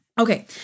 Okay